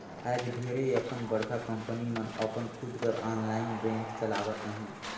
आएज ढेरे अकन बड़का कंपनी मन अपन खुद कर आनलाईन बेंक चलावत अहें